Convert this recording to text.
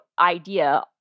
idea